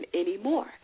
anymore